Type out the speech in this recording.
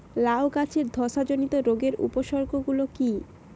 লাউ গাছের ধসা জনিত রোগের উপসর্গ গুলো কি কি?